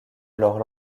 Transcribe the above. alors